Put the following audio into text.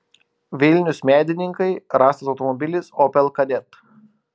vilnius medininkai rastas automobilis opel kadett